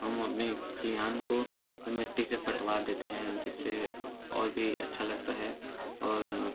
हम अपने खलिहान को मिट्टी से पटवा देते हैं जिससे और भी अच्छा लगता है और